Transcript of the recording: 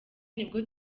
nibwo